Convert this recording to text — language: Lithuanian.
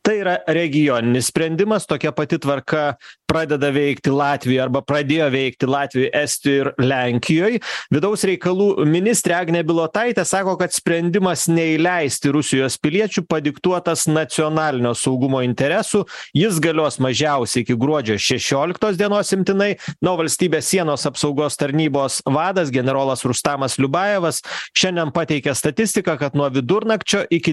tai yra regioninis sprendimas tokia pati tvarka pradeda veikti latvijoj arba pradėjo veikti latvijoj estijoj ir lenkijoj vidaus reikalų ministrė agnė bilotaitė sako kad sprendimas neįleisti rusijos piliečių padiktuotas nacionalinio saugumo interesų jis galios mažiausiai iki gruodžio šešioliktos dienos imtinai na o valstybės sienos apsaugos tarnybos vadas generolas rustamas liubajevas šiandien pateikė statistiką kad nuo vidurnakčio iki